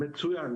מצוין.